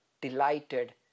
delighted